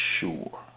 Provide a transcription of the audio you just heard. sure